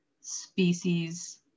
species